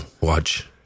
watch